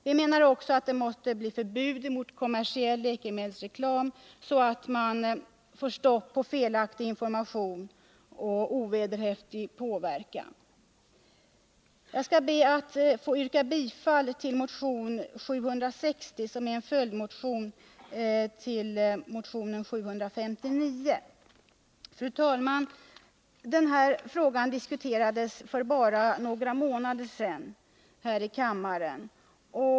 Vi menar också att det måste bli förbud mot kommersiell läkemedelsreklam, så att man får stopp på felaktig information och ovederhäftig påverkan. Jag ber att få yrka bifall till motion 760 från vänsterpartiet kommunisterna, en följdmotion till motion 759. Fru talman! Den här frågan diskuterades för bara några månader sedan här i kammaren.